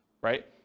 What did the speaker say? right